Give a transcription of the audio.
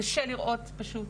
קשה לראות פשוט